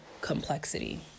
complexity